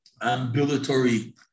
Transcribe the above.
ambulatory